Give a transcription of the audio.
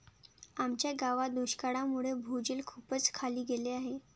आमच्या गावात दुष्काळामुळे भूजल खूपच खाली गेले आहे